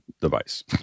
device